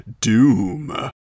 doom